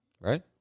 right